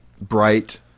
bright